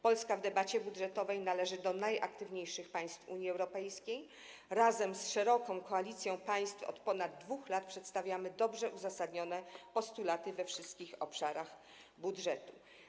Polska w debacie budżetowej należy do najaktywniejszych państw Unii Europejskiej, razem z szeroką koalicją państw od ponad 2 lat przedstawiamy dobrze uzasadnione postulaty we wszystkich obszarach budżetu.